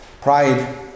pride